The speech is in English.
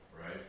Right